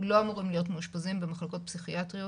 לא אמורים להיות מאושפזים במחלקות פסיכיאטריות